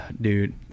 Dude